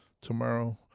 Tomorrow